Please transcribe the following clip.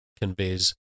conveys